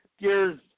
gears